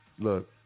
look